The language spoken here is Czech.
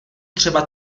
třeba